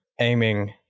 aiming